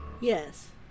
Yes